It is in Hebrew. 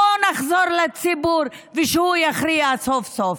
בואו נחזור לציבור, ושהוא יכריע סוף-סוף.